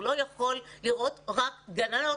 הוא לא יכול לראות רק גננות,